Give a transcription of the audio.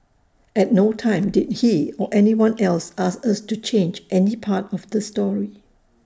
at no time did he or anyone else ask us to change any part of the story